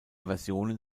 versionen